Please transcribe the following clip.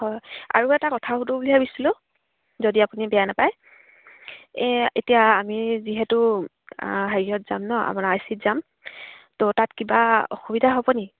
হয় আৰু এটা কথা সোধো বুলি ভাবিছিলোঁ যদি আপুনি বেয়া নাপায় এ এতিয়া আমি যিহেতু হেৰিয়ত যাম ন আমাৰ আই চিত যাম ত' তাত কিবা অসুবিধা হ'বনি